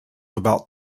about